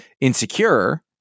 insecure